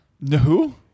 No